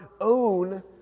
own